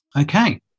Okay